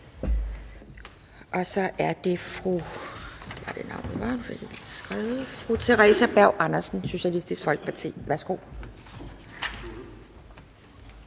Så er det fru Theresa Berg Andersen, Socialistisk Folkeparti.